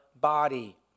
body